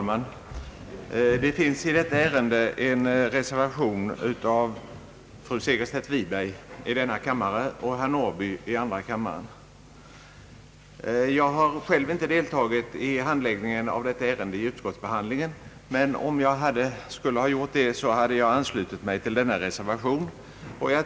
Herr talman! Vid detta ärende finns fogad en reservation av fru Segerstedt Wiberg i denna kammare och herr Norrby i andra kammaren. Jag har själv inte deltagit i ärendets utskottsbehandling, men om jag så hade gjort skulle jag i allt väsentligt ha anslutit mig till reservationen.